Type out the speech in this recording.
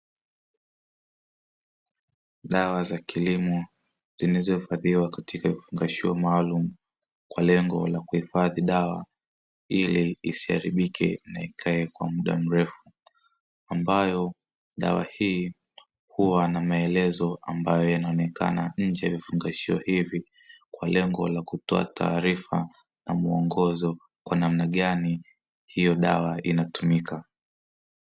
Dawa za kilimo, zilizohifadhiwa katika vifungashio maalumu kwa lengo la kuhifadhi dawa ili isiharibike na ikae kwa muda mrefu, ambayo dawa hii huwa na maelezo ambayo yanaonekana nje ya vifungashio hivi kwa lengo la kutoa taarifa na muongozo kwa namna gani hiyo dawa inatumika.